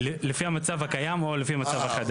עם זה נבוא לדיון הבא.